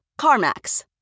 CarMax